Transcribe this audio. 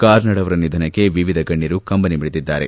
ಕಾರ್ನಡ್ ಅವರ ನಿಧನಕ್ಕೆ ವಿವಿಧ ಗಣ್ಣರು ಕಂಬನಿ ಮಿಡಿದಿದ್ದಾರೆ